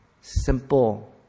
Simple